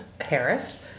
Harris